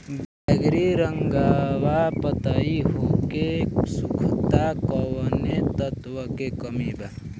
बैगरी रंगवा पतयी होके सुखता कौवने तत्व के कमी बा?